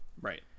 right